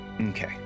Okay